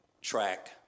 track